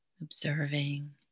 observing